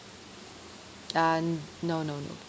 ah n~ no no no